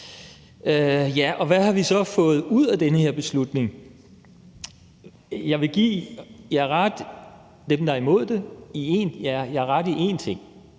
er. Hvad har vi så fået ud af den her beslutning? Jeg vil give jer, dem, der er imod det, ret i en ting,